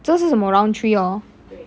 这是什么 round three hor